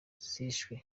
zishwe